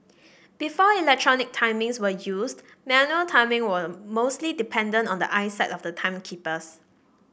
before electronic timings were used manual timing were mostly dependent on the eyesight of the timekeepers